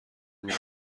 قلبت